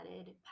added